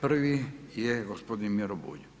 Prvi je gospodin Miro Bulj.